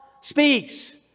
speaks